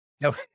No